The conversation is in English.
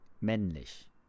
Männlich